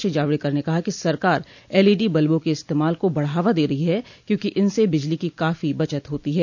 श्री जावड़ेकर ने कहा कि सरकार एलईडी बल्बों के इस्तमाल को बढ़ावा दे रही है क्योंकि इनसे बिजली की काफो बचत होती है